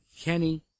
Kenny